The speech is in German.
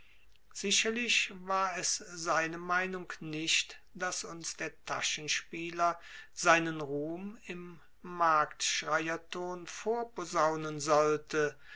sicherlich war es seine meinung nicht daß uns der taschenspieler seinen ruhm im marktschreierton vorposaunen sollte